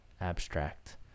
abstract